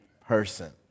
person